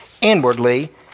inwardly